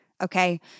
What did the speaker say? okay